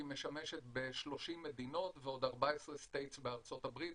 היא משמשת ב-30 מדינות ועוד 14 States בארצות הברית,